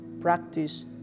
practice